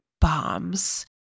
bombs